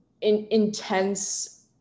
intense